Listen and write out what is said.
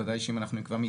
אוקיי, דקה, איפה זה?